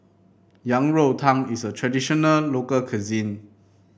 Yang Rou Tang is a traditional local cuisine